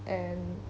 and